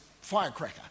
firecracker